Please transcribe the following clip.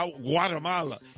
Guatemala